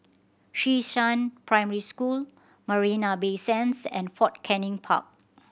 Xishan Primary School Marina Bay Sands and Fort Canning Park